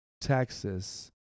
Texas